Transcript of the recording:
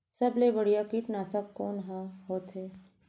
सबले बढ़िया कीटनाशक कोन ह होथे?